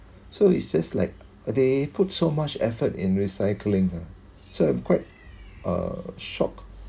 so it's just like uh they put so much effort in recycling so I'm quite uh shocked